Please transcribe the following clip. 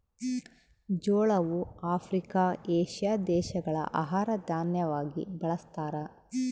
ಜೋಳವು Africa, Asia ದೇಶಗಳ ಆಹಾರ ದಾನ್ಯವಾಗಿ ಬಳಸ್ತಾರ